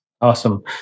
Awesome